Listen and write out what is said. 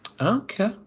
Okay